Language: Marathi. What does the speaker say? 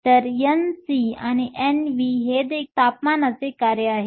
तर Nc आणि Nv हे देखील तापमानाचे कार्य आहे